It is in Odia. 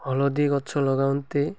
ହଳଦୀ ଗଛ ଲଗାନ୍ତି